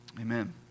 amen